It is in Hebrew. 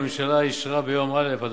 הממשלה אישרה ביום א' האחרון,